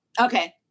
okay